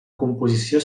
composició